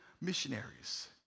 missionaries